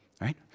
right